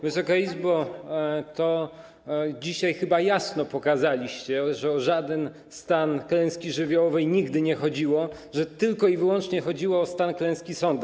Wysoka Izbo, dzisiaj chyba jasno pokazaliście, że o żaden stan klęski żywiołowej nigdy nie chodziło, że tylko i wyłącznie chodziło o stan klęski sondażowej.